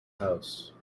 house